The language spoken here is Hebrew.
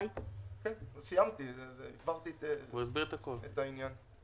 כבר הסברתי את העניין.